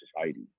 society